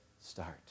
start